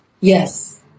Yes